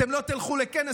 אתם לא תלכו לכנס